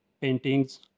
paintings